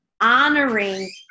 honoring